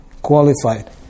qualified